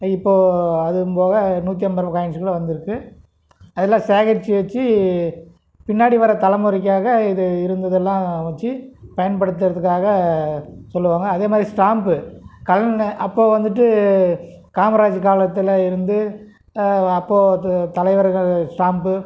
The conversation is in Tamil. இப்போது அது போக நூற்று ஐம்பது ரூபா காயின்ஸெலாம் வந்திருக்கு அதெலாம் சேகரிச்சு வச்சு பின்னாடி வர தலைமுறைக்காக இது இருந்ததுலாம் வச்சு பயன்படுத்துவதுக்காக சொல்லுவாங்க அதே மாதிரி ஸ்டாம்பு அப்போது வந்துட்டு காமராஜ் காலத்தில் இருந்து அப்போது அது தலைவர்கள் ஸ்டாம்பு